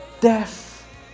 death